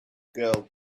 girl